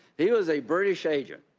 he was a british agent.